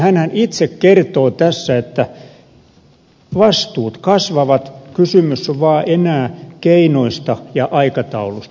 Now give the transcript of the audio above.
hänhän itse kertoo tässä että vastuut kasvavat kysymys on vaan enää keinoista ja aikataulusta